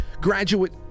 Graduate